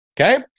okay